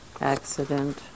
accident